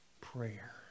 prayer